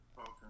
Okay